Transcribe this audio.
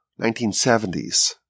1970s